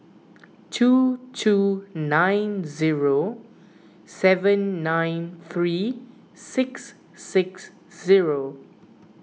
two two nine zero seven nine three six six zero